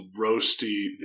roasty